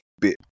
bit